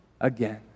again